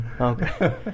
Okay